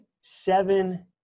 seven